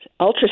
ultrasound